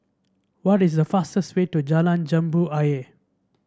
what is the fastest way to Jalan Jambu Ayer